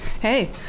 Hey